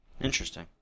Interesting